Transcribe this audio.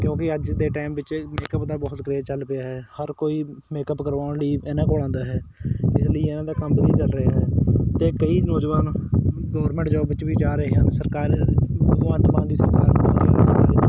ਕਿਉਂਕਿ ਅੱਜ ਦੇ ਟਾਈਮ ਵਿੱਚ ਮੇਕਅਪ ਦਾ ਬਹੁਤ ਕਰੇਜ ਚੱਲ ਪਿਆ ਹੈ ਹਰ ਕੋਈ ਮੇਕਅਪ ਕਰਵਾਉਣ ਲਈ ਇਹਨਾਂ ਕੋਲ ਆਉਂਦਾ ਹੈ ਇਸ ਲਈ ਇਹਨਾਂ ਦਾ ਕੰਮ ਵਧੀਆ ਚੱਲ ਰਿਹਾ ਅਤੇ ਕਈ ਨੌਜਵਾਨ ਗੌਰਮੈਂਟ ਜੋਬ ਵਿੱਚ ਵੀ ਜਾ ਰਹੇ ਹਨ ਸਰਕਾਰ ਭਗਵੰਤ ਮਾਨ ਦੀ ਸਰਕਾਰ